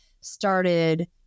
started